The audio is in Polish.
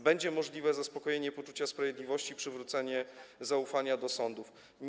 Będzie możliwe zaspokojenie poczucia sprawiedliwości i przywrócenie zaufania do sądów.